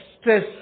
stress